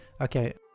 Okay